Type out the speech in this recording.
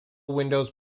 windows